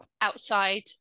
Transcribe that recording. outside